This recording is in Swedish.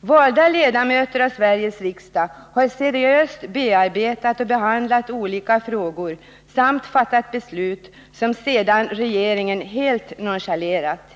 Valda ledamöter av Sveriges riksdag har seriöst bearbetat och behandlat olika frågor och fattat beslut som sedan regeringen helt nonchalerat.